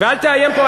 קודם כול,